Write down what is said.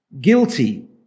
guilty